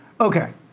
Okay